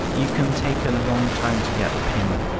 you can take a longtime to get the payment.